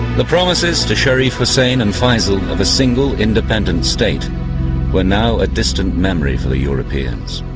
the promises to sharif hussein and faisal of a single independent state were now a distant memory for the europeans.